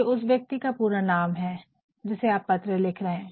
ये उस व्यक्ति का पूरा नाम है जिसे आप पत्र लिख रहे है